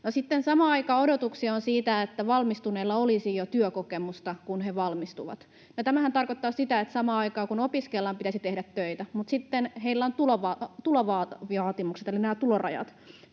samaan aikaan odotuksia on siitä, että valmistuvilla olisi jo työkokemusta, kun he valmistuvat. Ja tämähän tarkoittaa sitä, että samaan aikaan kun opiskellaan, pitäisi tehdä töitä, mutta sitten heillä on tulovaatimukset